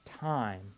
time